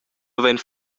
havein